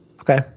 Okay